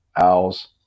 owls